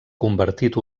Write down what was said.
convertit